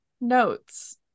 notes